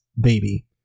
baby